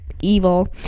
evil